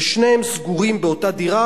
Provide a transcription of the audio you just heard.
ושניהם סגורים באותה דירה,